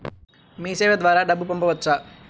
మీసేవ ద్వారా డబ్బు పంపవచ్చా?